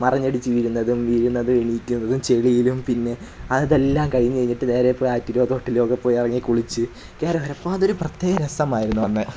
മറിഞ്ഞടിച്ച് വീഴുന്നതും വീഴുന്നത് എണീറ്റുനിന്നത് ചെളിയിലും പിന്നെ അതെല്ലാം കഴിഞ്ഞ് കഴിഞ്ഞിട്ട് നേരെ ഫ്ലാറ്റിലോ തോട്ടിലോ ഒക്കെപ്പോയി ഇറങ്ങിക്കുളിച്ച് കയറിവരപ്പം അതൊരു പ്രത്യേക രസമായിരുന്നു അന്ന്